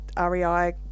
REI